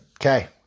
Okay